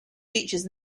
features